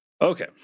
Okay